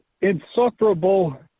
insufferable